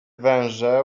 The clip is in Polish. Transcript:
węże